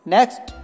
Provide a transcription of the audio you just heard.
Next